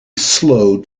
slow